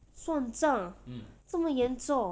算账这么严重